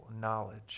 knowledge